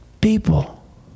people